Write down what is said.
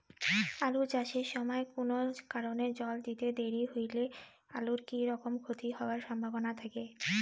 আলু চাষ এর সময় কুনো কারণে জল দিতে দেরি হইলে আলুর কি রকম ক্ষতি হবার সম্ভবনা থাকে?